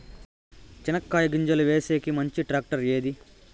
చెనక్కాయ గింజలు వేసేకి మంచి టాక్టర్ ఏది?